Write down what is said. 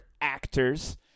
actors